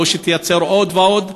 או שתייצר עוד ועוד?